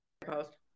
post